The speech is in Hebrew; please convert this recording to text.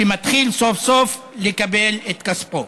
שמתחיל סוף-סוף לקבל את כספו.